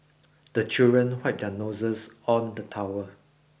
the children wipe their noses on the towel